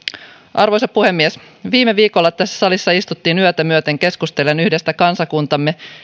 arvoisa puhemies viime viikolla tässä salissa istuttiin yötä myöten keskustellen yhdestä kansakuntaamme